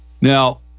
Now